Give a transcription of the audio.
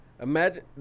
Imagine